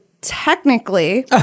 technically